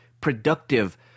productive